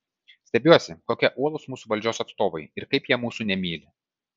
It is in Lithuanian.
stebiuosi kokie uolūs mūsų valdžios atstovai ir kaip jie mūsų nemyli